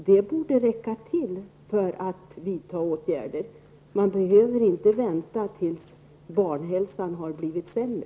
Det borde räcka för att man skall vidta åtgärder. Man behöver inte vänta tills barnhälsan har blivit sämre.